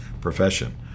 profession